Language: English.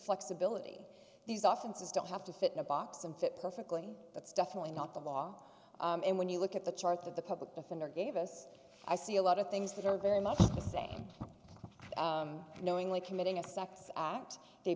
flexibility these often says don't have to fit in a box and fit perfectly that's definitely not the law and when you look at the chart that the public defender gave us i see a lot of things that are very much the same knowingly committing a sex act they